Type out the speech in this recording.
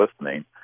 listening